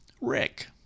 Rick